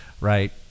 right